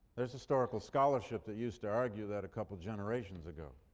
there's historical scholarship that used to argue that a couple of generations ago,